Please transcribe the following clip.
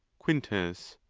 quintus.